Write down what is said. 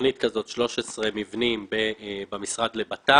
תוכנית כזאת, 13 מבנים במשרד לביטחון פנים.